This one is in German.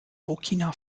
burkina